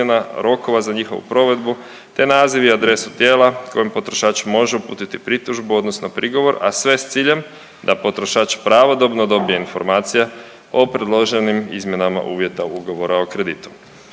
rokova za njihovu provedbu, te naziv i adresu tijela kojom potrošač može uputiti pritužbu, odnosno prigovor, a sve sa ciljem da potrošač pravodobno dobije informacije o predloženim izmjenama uvjeta ugovora o kreditu.